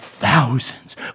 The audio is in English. thousands